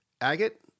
agate